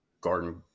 garden